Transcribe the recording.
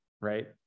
right